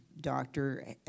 doctor